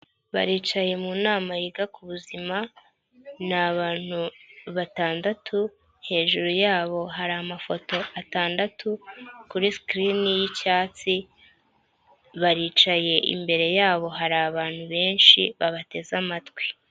Baricaye mu nama yiga ku buzima, ni abantu batandatu, hejuru yabo hari amafoto atandatu, kuri sikirini y'icyatsi, baricaye, imbere yabo hari abantu benshi babateze amatwi.